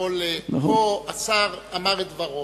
פה השר אמר את דברו.